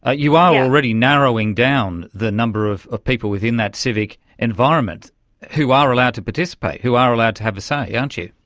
ah you are already narrowing down the number of of people within that civic environment who ah are allowed to participate, who are allowed to have a say, yeah aren't you.